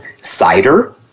Cider